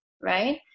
right